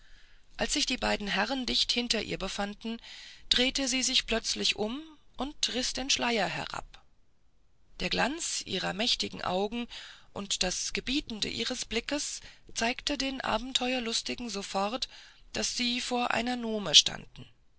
als sich die beiden herren dicht hinter ihr befanden drehte sie sich plötzlich um und riß den schleier herab der glanz ihrer mächtigen augen und das gebietende ihres blickes zeigte den abenteuerlustigen sofort daß sie vor einer nume standen